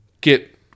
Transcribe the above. get